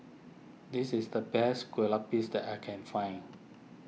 this is the best Kueh Lupis that I can find